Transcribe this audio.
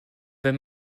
wenn